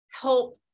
help